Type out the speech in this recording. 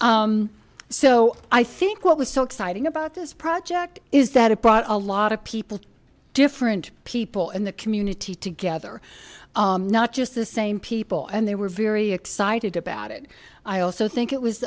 so i think what was so exciting about this project is that it brought a lot of people different people in the community together not just the same people and they were very excited about it i also think it